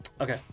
okay